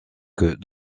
que